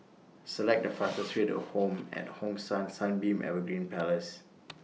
Select The fastest Way to Home At Hong San Sunbeam Evergreen Place